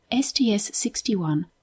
STS-61